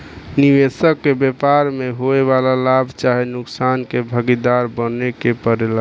निबेसक के व्यापार में होए वाला लाभ चाहे नुकसान में भागीदार बने के परेला